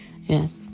Yes